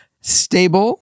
stable